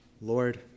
Lord